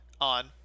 on